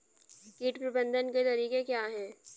कीट प्रबंधन के तरीके क्या हैं?